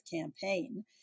campaign